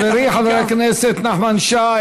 חברי חבר הכנסת נחמן שי,